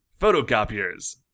photocopiers